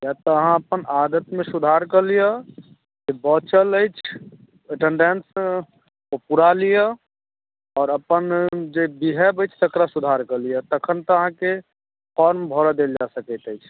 या तऽ अहाँ अपन आदतमे सुधार कऽ लियऽ जे बचल अछि अटेन्डेन्स ओ पुरा लियऽ आओर अपन जे बिहेव अछि तकरा सुधार कऽ लियऽ तखन तऽ अहाँके फॉर्म भरल देल जा सकैत अछि